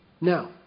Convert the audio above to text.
Now